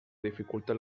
dificulten